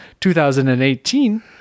2018